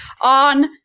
on